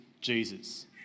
Jesus